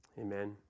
Amen